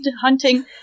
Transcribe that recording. hunting